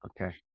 Okay